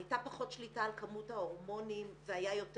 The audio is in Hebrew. הייתה פחות שליטה על כמות ההורמונים והיה יותר